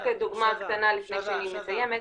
רק דוגמה קטנה לפני שאני מסיימת,